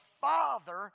father